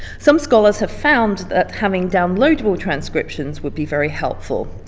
some scholars have found that having downloadable transcriptions would be very helpful.